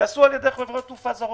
ייעשו על ידי חברות תעופה זרות,